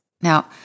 Now